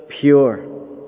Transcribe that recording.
pure